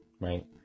right